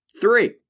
Three